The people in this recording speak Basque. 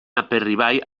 aperribai